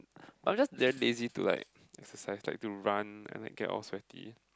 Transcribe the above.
but just then lazy to like exercise like to run and get all sweaty